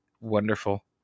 Wonderful